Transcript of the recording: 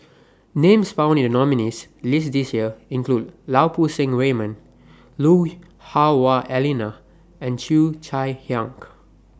Names found in The nominees' list This Year include Lau Poo Seng Raymond Lui Hah Wah Elena and Cheo Chai Hiang